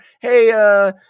Hey